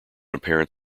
apparent